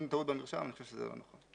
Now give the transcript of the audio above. טעות במרשם, אני חושב שזה לא נכון.